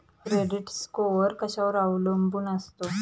Credit score कशावर अवलंबून असतो?